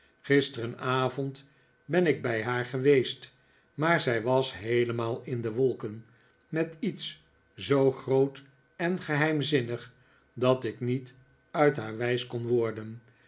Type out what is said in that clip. eergisterenavond ben ik bij haar geweest maar zij was heelemaal in de wolken met iets zoo groot en geheimzinnig dat ik niet uit haar wijs kon worden